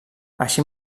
així